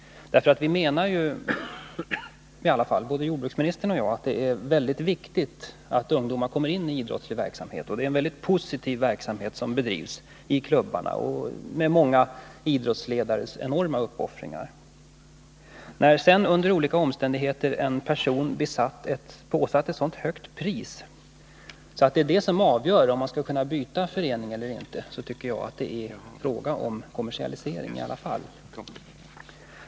Både jordbruksministern och jag menar ju under alla förhållanden att det är väldigt viktigt att ungdomar kommer in i idrottslig verksamhet, och det är en mycket positiv verksamhet som bedrivs i klubbarna, med enorma uppoffringar av många idrottsledare. När sedan under olika omständigheter en person blir åsatt ett så högt pris, att det är det som avgör om han skall kunna byta förening eller inte, så tycker jagatt det är fråga om kommersialisering i alla fall.